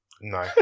No